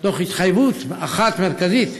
תוך התחייבות אחת מרכזית,